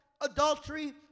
Adultery